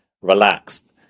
relaxed